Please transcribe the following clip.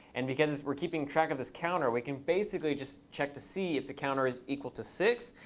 and because we're keeping track of this counter, we can basically just check to see if the counter is equal to six.